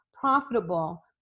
profitable